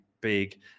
big